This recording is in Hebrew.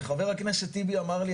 וחבר הכנסת טיבי אמר לי,